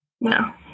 No